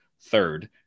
third